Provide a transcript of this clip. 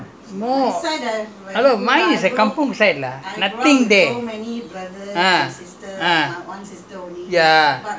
you are from the more like a city side more hello mine is a kampung side nothing there